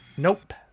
Nope